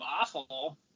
awful